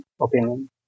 opinion